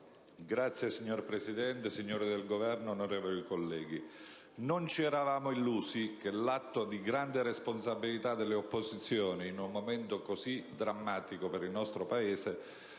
2814** Signor Presidente, signori del Governo, onorevoli colleghi, non ci eravamo illusi che l'atto di grande responsabilità delle opposizioni, in un momento così drammatico per il nostro Paese,